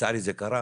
לצערי זה קרה,